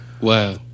Wow